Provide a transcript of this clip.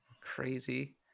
crazy